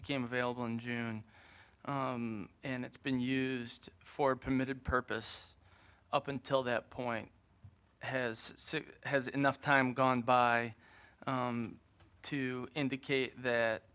became available in june and it's been used for permitted purpose up until that point has has enough time gone by to indicate that